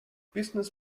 business